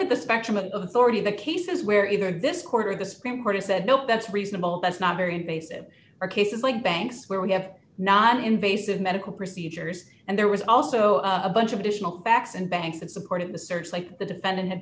at the spectrum of authority the cases where either this quarter the supreme court has said nope that's reasonable that's not very invasive or cases like banks where we have not invasive medical procedures and there was also a bunch of additional facts and banks that supported the search like the defendant had